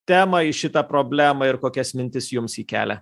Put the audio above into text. temą į šitą problemą ir kokias mintis jums ji kelia